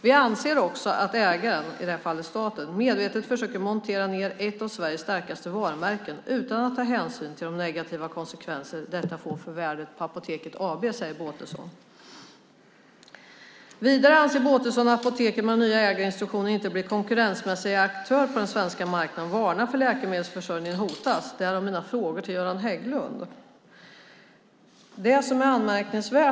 Vi anser också att ägaren, i det här fallet staten, medvetet försöker montera ned ett av Sveriges starkaste varumärken utan att ta hänsyn till de negativa konsekvenser detta får för värdet på Apoteket AB, säger Båtelson. Vidare anser Båtelson att Apoteket med de nya ägarinstruktionerna inte blir en konkurrensmässig aktör på den svenska marknaden och varnar för att läkemedelsförsörjningen hotas. Därav mina frågor till Göran Hägglund.